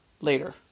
later